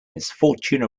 misfortune